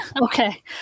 Okay